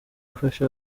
gufasha